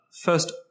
First